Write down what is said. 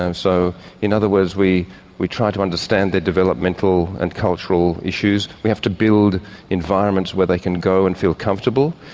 and so in other words we we try to understand their developmental and cultural issues, we have to build environments where they can go and feel comfortable.